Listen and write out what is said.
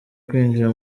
kwinjira